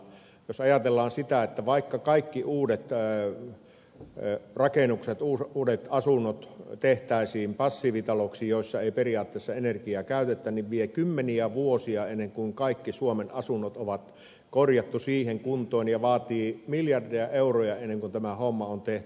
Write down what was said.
jos ajatellaan sitä että vaikka kaikki uudet asunnot tehtäisiin passiivitaloiksi joissa ei periaatteessa energiaa käytetä niin vie kymmeniä vuosia ennen kuin kaikki suomen asunnot on korjattu siihen kuntoon ja vaatii miljardeja euroja ennen kuin tämä homma on tehty